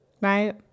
right